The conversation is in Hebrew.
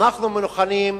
אנחנו מוכנים,